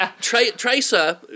Tracer